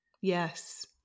Yes